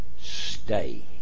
stay